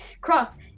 Cross